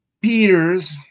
Peters